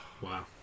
Wow